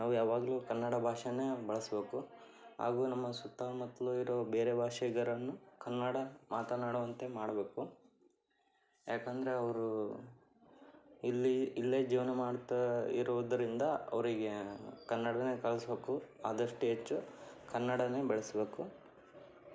ನಾವು ಯಾವಾಗಲೂ ಕನ್ನಡ ಭಾಷೆನೇ ಬಳಸಬೇಕು ಹಾಗೂ ನಮ್ಮ ಸುತ್ತ ಮುತ್ತಲೂ ಇರೋ ಬೇರೆ ಭಾಷಿಗರನ್ನು ಕನ್ನಡ ಮಾತನಾಡುವಂತೆ ಮಾಡಬೇಕು ಯಾಕೆಂದರೆ ಅವರು ಇಲ್ಲಿ ಇಲ್ಲೇ ಜೀವನ ಮಾಡ್ತಾ ಇರುವುದರಿಂದ ಅವರಿಗೆ ಕನ್ನಡನೇ ಕಲ್ಸ್ಬೇಕು ಆದಷ್ಟು ಹೆಚ್ಚು ಕನ್ನಡನೇ ಬಳಸಬೇಕು